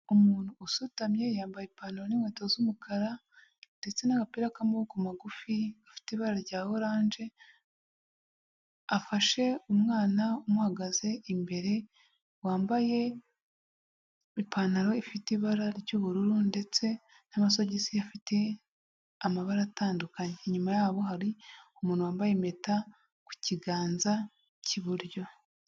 Umuntu usutamye, yambaye ipantaro n'inkweto z'umukara ndetse n'agapira k'amaboko magufi gafite ibara rya oranje, afashe umwana umuhagaze imbere wambaye ipantaro ifite ibara ry'ubururu ndetse n'amasogisi afite amabara atandukanye, inyuma yabo hari umuntu wambaye impeta ku kiganza cy'iburyo.